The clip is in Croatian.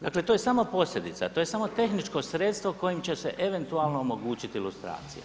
Dakle to je samo posljedica, to je samo tehničko sredstvo kojim će se eventualno omogućiti lustracija.